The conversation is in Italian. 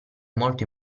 molto